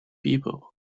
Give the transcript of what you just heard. people